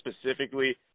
specifically